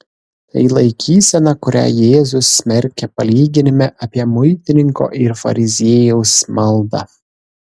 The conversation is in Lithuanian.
tai laikysena kurią jėzus smerkia palyginime apie muitininko ir fariziejaus maldą